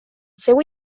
seu